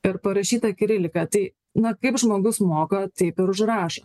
ir parašyta kirilika tai na kaip žmogus moka taip ir užrašo